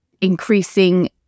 increasing